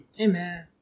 Amen